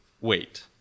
Wait